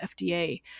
FDA